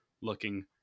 looking